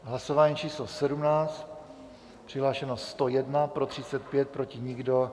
Hlasování číslo 17, přihlášeno 101, pro 35, proti nikdo.